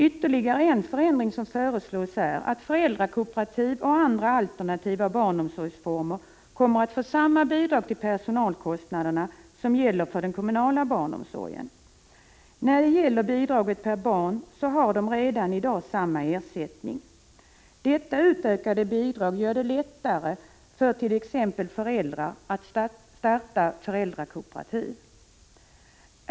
Ytterligare en förändring som föreslås är att föräldrakooperativ och andra alternativa barnomsorgsformer skall få samma bidrag till personalkostnaderna som dem som gäller för den kommunala barnomsorgen. När det gäller bidraget per barn har dessa barnomsorgsformer redan i dag samma ersättning. Detta utökade bidrag gör det lättare för föräldrar att starta föräldrakooperativ.